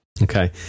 Okay